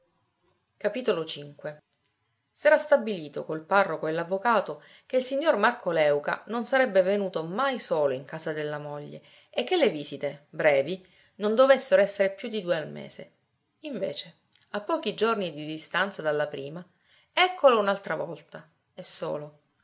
del giorno s'era stabilito col parroco e l'avvocato che il signor marco léuca non sarebbe venuto mai solo in casa della moglie e che le visite brevi non dovessero essere più di due al mese invece a pochi giorni di distanza dalla prima eccolo un'altra volta e solo